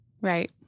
Right